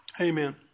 Amen